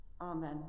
Amen